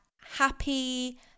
happy